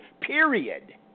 Period